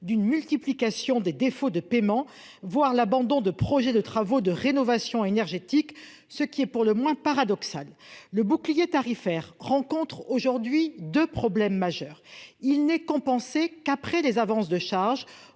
d'une multiplication des défauts de paiement, voire d'abandon de projets de travaux de rénovation énergétique, ce qui est pour le moins paradoxal. Le bouclier tarifaire présente aujourd'hui deux problèmes majeurs. Tout d'abord, il n'est compensé qu'après les avances de charges,